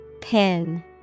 Pin